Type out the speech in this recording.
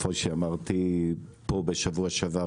כמו שאמרתי פה בשבוע שעבר,